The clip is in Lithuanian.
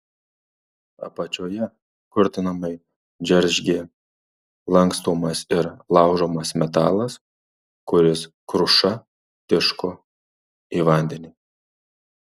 apačioje kurtinamai džeržgė lankstomas ir laužomas metalas kuris kruša tiško į vandenį